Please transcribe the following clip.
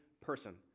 person